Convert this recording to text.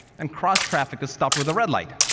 and cross traffic is stopped with a red light.